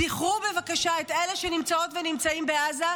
זכרו בבקשה את אלה שנמצאות ונמצאים בעזה,